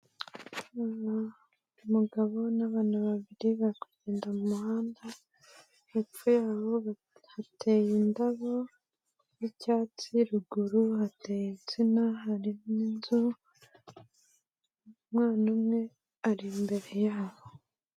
Umugabo n'bana babiri bari kugenda mu muhanda, hepfo yabo hateye indabo z'icyatsi, ruguru hateye insina hariho n'inzu, umwana umwe ari imbere yabo.